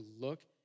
look